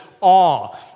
awe